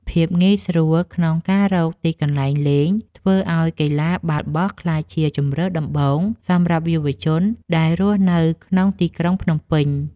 ភាពងាយស្រួលក្នុងការរកទីកន្លែងលេងធ្វើឱ្យកីឡាបាល់បោះក្លាយជាជម្រើសដំបូងសម្រាប់យុវជនដែលរស់នៅក្នុងទីក្រុងភ្នំពេញ។